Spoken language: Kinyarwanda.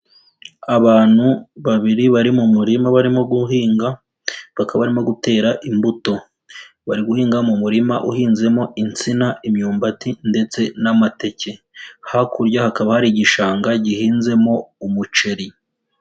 Abantu babiri bari mu murima barimo guhinga, bakaba barimo gutera imbuto, bari guhinga mu murima uhinzemo insina, imyumbati ndetse n'amateke, hakurya hakaba hari igishanga, gihinzemo umuceri.